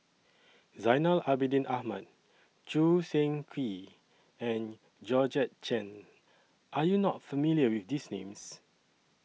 Zainal Abidin Ahmad Choo Seng Quee and Georgette Chen Are YOU not familiar with These Names